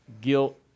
guilt